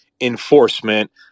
enforcement